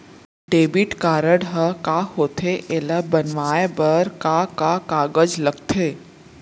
Debit card ह का होथे एला बनवाए बर का का कागज लगथे?